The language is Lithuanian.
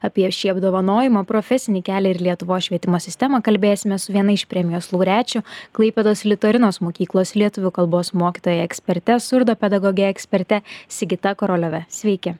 apie šį apdovanojimą profesinį kelią ir lietuvos švietimo sistemą kalbėsimės su viena iš premijos laureačių klaipėdos litorinos mokyklos lietuvių kalbos mokytoja eksperte surdopedagoge eksperte sigita koroliove sveiki